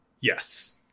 Yes